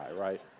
right